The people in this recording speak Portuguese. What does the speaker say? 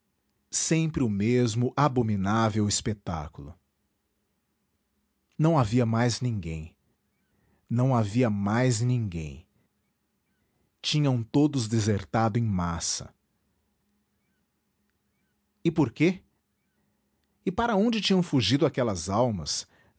sempre o mesmo abominável espetáculo não havia mais ninguém não havia mais ninguém tinham todos desertado em massa e por quê e para onde tinham fugido aquelas almas